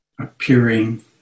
appearing